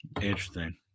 Interesting